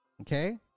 Okay